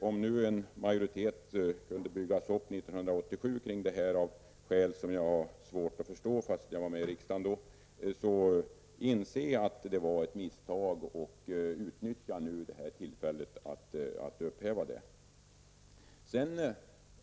Om nu en majoritet kunde byggas upp kring detta 1987 av skäl som jag har svårt att förstå, fast jag var med i riksdagen då, inser jag att det var ett misstag och utnyttjar det här tillfället för att få det upphävt.